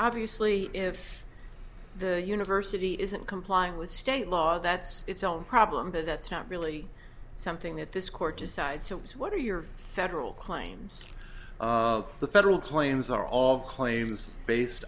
obviously if the university isn't complying with state law that's its own problem but that's not really something that this court decides what are your federal claims the federal claims are all claims based